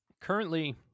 currently